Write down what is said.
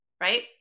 right